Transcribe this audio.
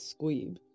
Squeeb